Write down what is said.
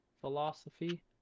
philosophy